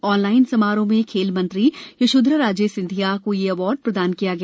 online समारोह में खेल मंत्री यशोधरा राजे सिंधिया को यह अवॉर्ड प्रदान किया गया